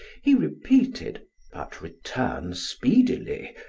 he repeated but return speedily,